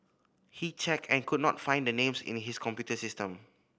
he checked and could not find the names in his computer system